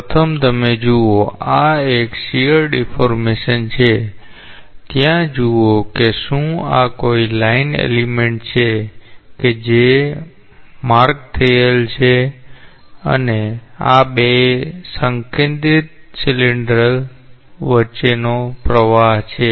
તો પ્રથમ તમે જુઓ આ એક શીયર ડિફોર્મેશન છે ત્યાં જુઓ કે શું કોઈ રેખા તત્વ છે જે ચિહ્નિત થયેલ છે અને આ બે સંકેન્દ્રિત સિલિન્ડરો વચ્ચેનો પ્રવાહ છે